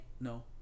No